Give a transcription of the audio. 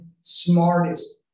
smartest